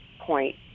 point